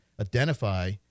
identify